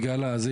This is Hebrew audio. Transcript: בגלל זה,